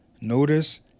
notice